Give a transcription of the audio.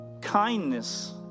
kindness